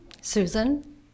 Susan